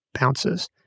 bounces